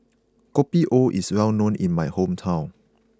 Kopi O is well known in my hometown